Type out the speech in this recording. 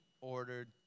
ordered